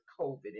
COVID